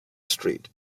street